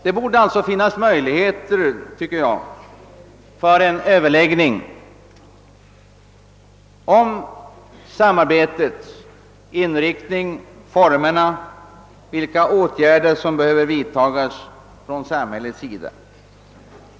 Det borde alltså finnas möjligheter för en överläggning om samarbetets inriktning, dess former och om vilka åtgärder som behöver vidtas från samhällets sida.